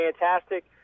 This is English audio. fantastic